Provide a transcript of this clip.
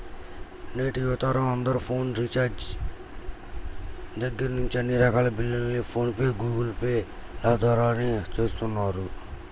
నేటి యువతరం అందరూ ఫోన్ రీఛార్జి దగ్గర్నుంచి అన్ని రకాల బిల్లుల్ని ఫోన్ పే, గూగుల్ పే ల ద్వారానే చేస్తున్నారు